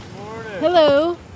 Hello